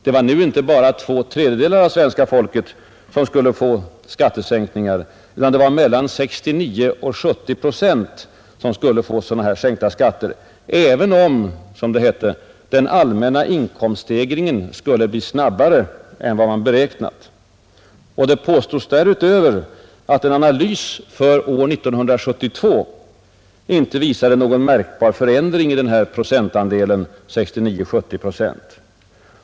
Det var nu inte bara två tredjedelar av svenska folket som skulle få skattesänkningar, utan mellan 69 och 70 procent skulle få sänkta skatter, även om — som det hette — den allmänna inkomststegringen skulle bli snabbare än vad man beräknat. Det påstods därutöver att en analys för år 1972 inte visade någon märkbar förändring i denna andel 69 å 70 procent.